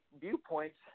viewpoints